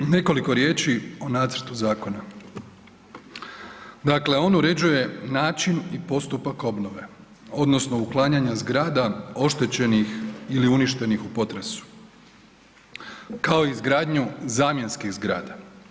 Nekoliko riječi o nacrtu zakona, dakle on uređuje način i postupak obnove odnosno uklanjanje zgrada oštećenih ili uništenih u potresu, kao i izgradnju zamjenskih zgrada.